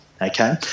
Okay